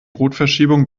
rotverschiebung